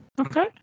Okay